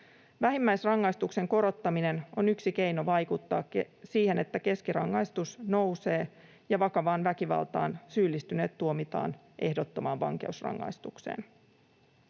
Vähimmäisrangaistuksen korottaminen on yksi keino vaikuttaa siihen, että keskirangaistus nousee ja vakavaan väkivaltaan syyllistyneet tuomitaan ehdottomaan vankeusrangaistukseen.